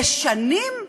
לשנים?